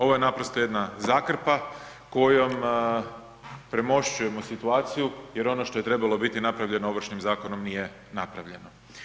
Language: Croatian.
Ovo je naprosto jedna zakrpa kojom premošćujemo situaciju jer ono što je trebalo biti napravljeno Ovršnim zakonom nije napravljeno.